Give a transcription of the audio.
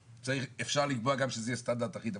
אפשר להביא הצעות חוק גם לא במסגרת הצעות התקציב.